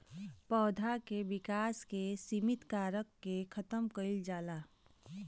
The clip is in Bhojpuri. पौधा के विकास के सिमित कारक के खतम कईल जाला